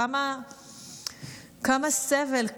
כמה סבל,